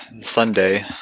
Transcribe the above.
Sunday